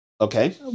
Okay